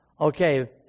Okay